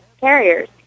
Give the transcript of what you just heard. carriers